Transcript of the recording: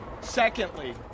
Secondly